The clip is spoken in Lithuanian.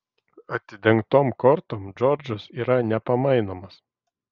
atidengtom kortom džordžas yra nepamainomas